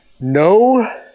no